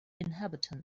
inhabitants